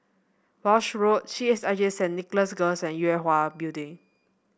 Walshe Road C H I J Saint Nicholas Girls and Yue Hwa Building